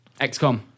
XCOM